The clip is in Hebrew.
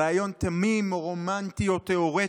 רעיון 'תמים' או 'רומנטי' או תיאורטי.